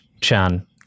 Chan